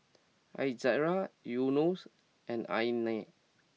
Izara Yunos and Aina